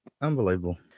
unbelievable